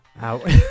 Out